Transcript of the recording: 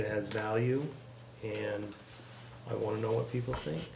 it has value and i want to know what people think